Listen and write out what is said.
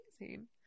amazing